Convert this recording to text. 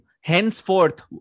henceforth